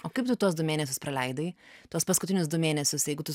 o kaip tu tuos du mėnesius praleidai tuos paskutinius du mėnesius jeigu tu